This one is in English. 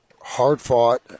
hard-fought